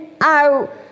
out